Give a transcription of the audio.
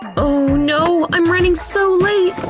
oh no, i'm running so late!